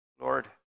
Lord